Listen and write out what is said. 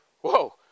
whoa